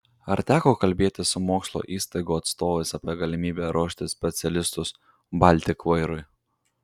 ar teko kalbėtis su mokslo įstaigų atstovais apie galimybę ruošti specialistus baltik vairui